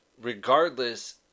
regardless